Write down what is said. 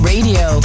Radio